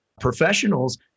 professionals